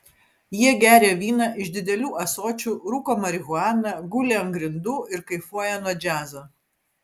jie geria vyną iš didelių ąsočių rūko marihuaną guli ant grindų ir kaifuoja nuo džiazo